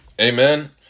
Amen